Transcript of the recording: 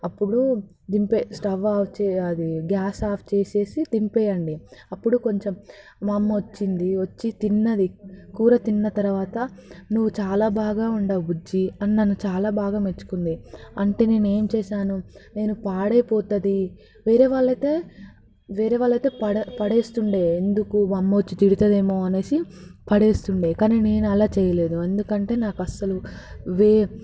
అప్పుడు దింపేసి stove off చేయాలి గ్యాస్ ఆఫ్ చేసేసి దింపేయండి అప్పుడు కొంచెం మా అమ్మ వచ్చింది వచ్చి తిన్నది కూర తిన్న తరువాత నువ్వు చాలా బాగా వండావు బుజ్జి అని నన్ను చాలా బాగా మెచ్చుకుంది అంటే నేనేం చేసాను నేను పాడైపోతుంది వేరే వాళ్ళయితే వేరే వాళ్ళయితే పడే పడవేసేది ఎందుకు అమ్మ వచ్చి తిడుతుందేమో అనేసి పడవేసేది కాని నేను అలా చేయలేదు ఎందుకంటే నాకు అసలు వే